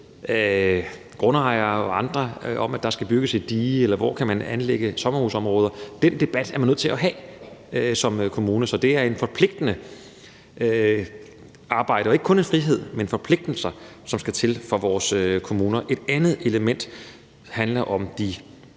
grundejere og andre om, at der skal bygges et dige, eller hvor man kan anlægge sommerhusområder. Den debat er man nødt til at have som kommune. Så det er et forpligtende arbejde. Det er ikke kun en frihed, men forpligtelser for vores kommuner, som skal til. Et andet element handler om de